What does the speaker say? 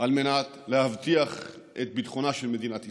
על מנת להבטיח את ביטחונה של מדינת ישראל.